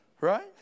Right